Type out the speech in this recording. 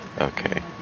Okay